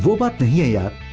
but, yeah